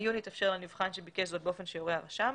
העיון יתאפשר לנבחן שביקש זאת באופן שיורה הרשם.